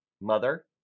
Mother